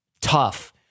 tough